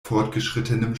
fortgeschrittenem